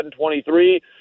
23